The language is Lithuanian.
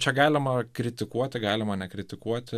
čia galima kritikuoti galima nekritikuoti